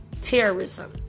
terrorism